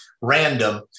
random